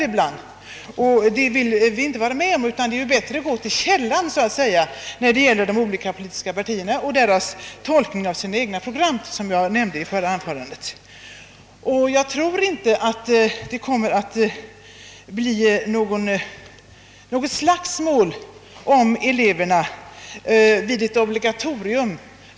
Detta vill vi inte vara med om, utan då tycker vi det är bättre att gå till själva källan, d. v. s. till de olika partiernas egen tolkning av sina program, som jag nämnde i förra anförandet. Jag tror inte att det kommer att bli något slagsmål om eleverna vid ett obligatorium.